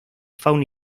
fauna